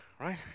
right